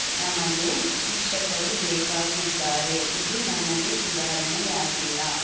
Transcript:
ನಮಗೆ ಶಿಕ್ಷಕರು ಬೇಕಾಗಿದ್ದಾರೆ ಇದು ನನಗೆ ಸುಧಾರಣೆಯಾಗಿಲ್ಲ